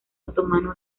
otomano